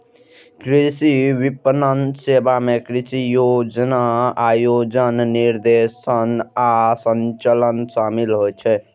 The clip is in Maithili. कृषि विपणन सेवा मे कृषि योजना, आयोजन, निर्देशन आ संचालन शामिल होइ छै